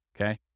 Okay